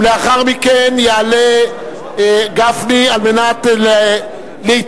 לאחר מכן יעלה גפני, על מנת להתנגד.